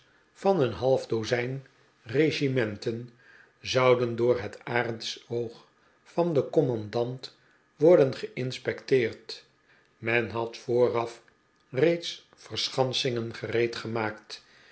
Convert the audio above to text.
van een half do zijn regimenten zouden door het arendsoog van den commandant worden gemspecteerd men had vooraf reeds verschansingen